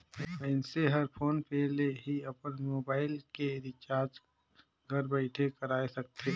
मइनसे हर फोन पे ले ही अपन मुबाइल के रिचार्ज घर बइठे कएर सकथे